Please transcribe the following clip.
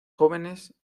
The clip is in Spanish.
jóvenes